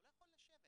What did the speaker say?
הוא לא יכול לשבת.